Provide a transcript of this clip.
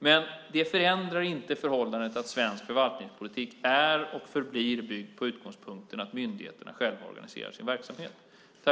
Men det förändrar inte förhållandet att svensk förvaltningspolitik är och förblir byggd på utgångspunkten att myndigheterna själva organiserar sin verksamhet.